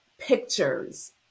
pictures